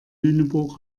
lüneburg